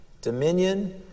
Dominion